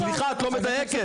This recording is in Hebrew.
סליחה, את לא מדייקת.